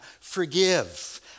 Forgive